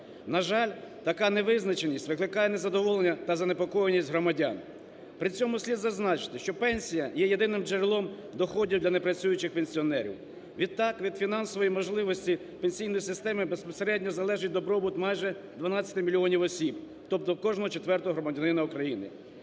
На жаль, така невизначеність викликає незадоволення та занепокоєність громадян. При цьому слід зазначити, що пенсія є єдиним джерелом доходів для непрацюючих пенсіонерів. Від так від фінансової можливості пенсійної системи безпосередньо залежить добробут майже 12 мільйонів осіб, тобто кожного четвертого громадянина України.